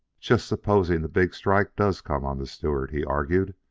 just supposing the big strike does come on the stewart, he argued.